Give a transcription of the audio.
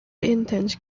intense